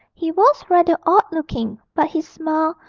he was rather odd-looking, but his smile,